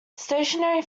stationary